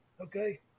Okay